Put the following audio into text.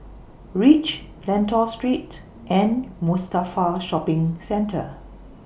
REACH Lentor Street and Mustafa Shopping Centre